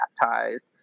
baptized